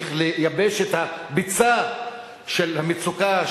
איך לייבש את הביצה של המצוקה,